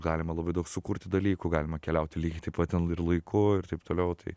galima labai daug sukurti dalykų galima keliauti lygiai taip pat ten ir laiku ir taip toliau tai